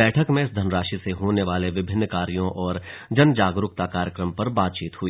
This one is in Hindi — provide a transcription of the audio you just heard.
बैठक में इस धनराशि से होने वाले विभिन्न कार्यों और जनजागरूकता कार्यक्रमों पर बातचीत हई